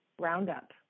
Roundup